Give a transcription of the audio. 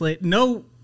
No